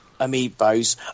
amiibos